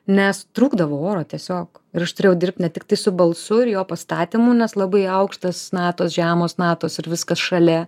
nes trūkdavo oro tiesiog ir aš turėjau dirbt ne tiktai su balsu ir jo pastatymu nes labai aukštas natos žemos natos ir viskas šalia